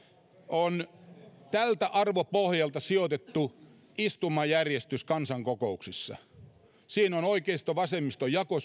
on tältä arvopohjalta sijoitettu istumajärjestys kansankokouksissa siinä on aikoinaan syntynyt oikeisto vasemmisto jako